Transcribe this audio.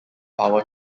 power